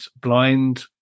blind